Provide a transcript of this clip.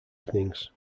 evenings